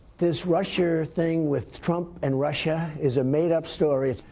this russia thing with trump and russia is a made-up story.